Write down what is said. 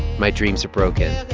my dreams are broken.